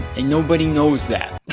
and nobody knows that.